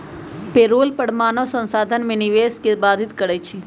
payroll कर मानव संसाधन में निवेश के बाधित करइ छै